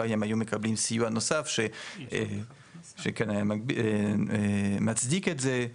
אולי הם היו מקבלים סיוע נוסף שכן היה מצדיק את זה,